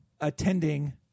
Attending